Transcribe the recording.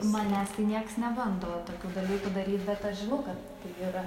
manęs tai niekas nebando tokių dalykų daryt bet aš žinau kad tai yra